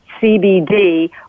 CBD